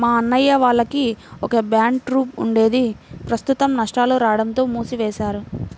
మా అన్నయ్య వాళ్లకి ఒక బ్యాండ్ ట్రూప్ ఉండేది ప్రస్తుతం నష్టాలు రాడంతో మూసివేశారు